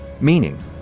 Meaning